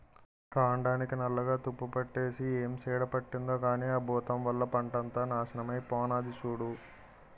కాండానికి నల్లగా తుప్పుపట్టేసి ఏం చీడ పట్టిందో కానీ ఆ బూతం వల్ల పంటంతా నాశనమై పోనాది సూడూ